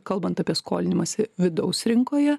kalbant apie skolinimąsi vidaus rinkoje